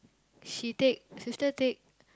she take sister take